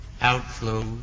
outflow